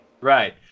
Right